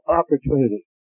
opportunity